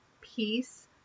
peace